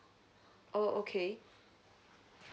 oh okay